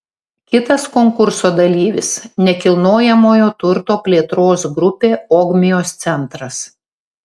kitas konkurso dalyvis nekilnojamojo turto plėtros grupė ogmios centras